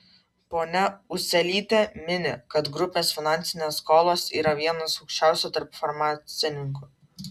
ponia ūselytė mini kad grupės finansinės skolos yra vienos aukščiausių tarp farmacininkų